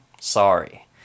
sorry